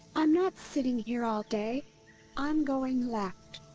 i'm not sitting here all day i'm going left!